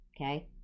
okay